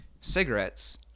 cigarettes